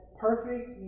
perfect